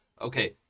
okay